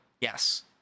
Yes